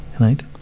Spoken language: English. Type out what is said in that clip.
right